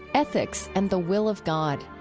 ethics and the will of god.